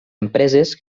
empreses